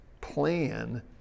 plan